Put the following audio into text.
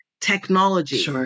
technology